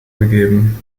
gegeben